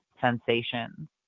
sensations